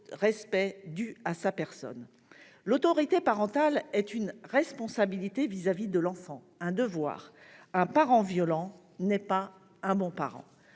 respect dû à sa personne. L'autorité parentale est une responsabilité vis-à-vis de l'enfant, un devoir. Un parent violent n'est pas un bon parent.